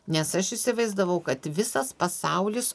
nes aš įsivaizdavau kad visas pasaulis